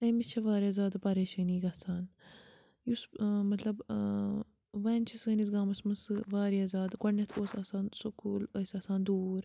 أمِس چھِ واریاہ زیادٕ پَریشٲنی گژھان یُس ٲں مطلب ٲں وۄنۍ چھِ سٲنِس گامَس منٛز سُہ واریاہ زیادٕ گۄڈٕنیٚتھ اوس آسان سکوٗل ٲسۍ آسان دوٗر